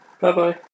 Bye-bye